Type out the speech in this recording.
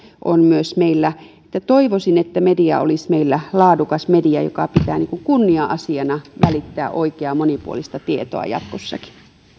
on myös meillä toivoisin että media olisi meillä laadukas media joka pitää kunnia asiana välittää oikeaa monipuolista tietoa jatkossakin